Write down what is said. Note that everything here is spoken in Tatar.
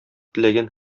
теләгән